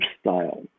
style